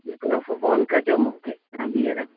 हिकु दफ़ो फ़ोन कजो तव्हां मूंखे बीहर